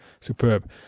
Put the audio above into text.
Superb